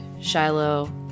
Shiloh